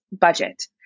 budget